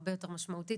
הרבה יותר משמעותית